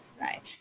right